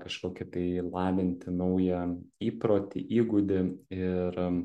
kažkokį tai lavinti naują įprotį įgūdį ir